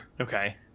Okay